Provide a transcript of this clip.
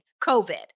COVID